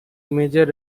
major